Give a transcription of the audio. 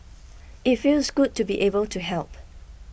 it feels good to be able to help